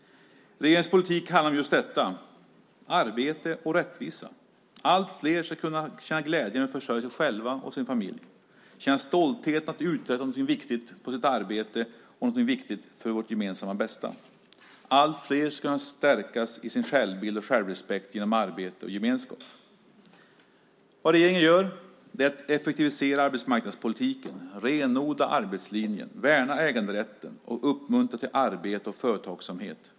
Regeringens politik handlar om just detta - arbete och rättvisa. Allt fler ska kunna känna glädjen över att försörja sig själv och sin familj, känna stolthet över att uträtta något viktigt på sitt arbete och något viktigt för vårt gemensamma bästa. Allt fler ska kunna stärkas i sin självbild och självrespekt genom arbete och gemenskap. Regeringen effektiviserar arbetsmarknadspolitiken, renodlar arbetslinjen, värnar äganderätten och uppmuntrar till arbete och företagsamhet.